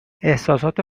احسسات